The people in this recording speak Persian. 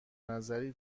نظری